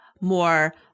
more